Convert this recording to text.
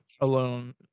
alone